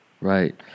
right